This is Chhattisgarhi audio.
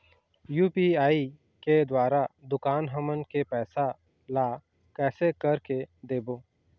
यू.पी.आई के द्वारा दुकान हमन के पैसा ला कैसे कर के देबो?